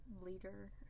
leader